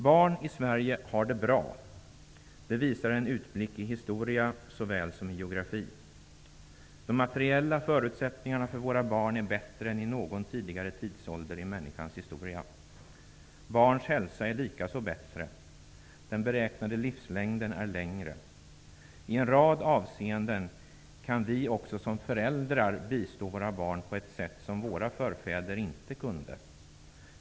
Barn i Sverige har det bra. Det visar en utblick i historia såväl som i geografi. De materiella förutsättningarna för våra barn är bättre än i någon tidigare tidsålder i människans historia. Barns hälsa är likaså bättre, och den beräknade livslängden är längre. I en rad avseenden kan vi också som föräldrar bistå våra barn på ett sätt som våra förfäder inte kunde.